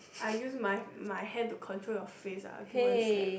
I used my my hand to control your face lah I give you one slap